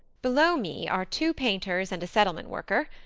below me are two painters and a settlement worker,